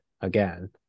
again